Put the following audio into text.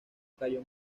cayó